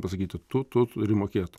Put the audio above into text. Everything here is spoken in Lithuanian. pasakytų tu tu turi mokėt